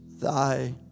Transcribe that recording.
thy